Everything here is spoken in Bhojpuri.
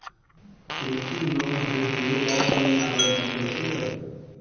कृषि लोन हेतू ऑफलाइन आवेदन कइसे करि?